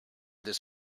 this